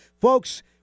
Folks